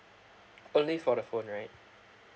only for the phone right